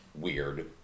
weird